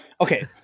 Okay